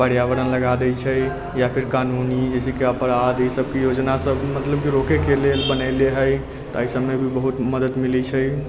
पर्यावरण लगा दय छै या फेर कानून ई जे छै कि अपराध अय सभ योजना सभ मतलब रोकै के लेल बनेले हय तऽ एहि सभमे भी बहुत मदद मिलै छै